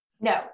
No